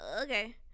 Okay